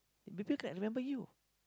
because I remember you